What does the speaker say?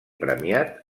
premiat